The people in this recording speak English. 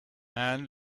man